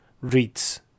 reads